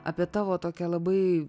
apie tavo tokią labai